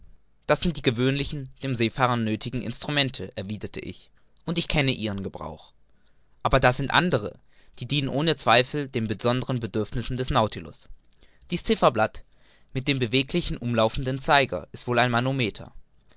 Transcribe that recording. das sind die gewöhnlichen dem seefahrer nöthigen instrumente erwiderte ich und ich kenne ihren gebrauch aber da sind andere die dienen ohne zweifel den besonderen bedürfnissen des nautilus dies zifferblatt mit dem beweglichen umlaufenden zeiger ist wohl ein manometer